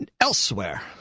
Elsewhere